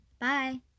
Bye